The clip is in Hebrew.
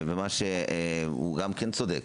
ומה שהוא גם כן צודק.